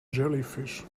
jellyfish